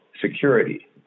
security